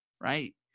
right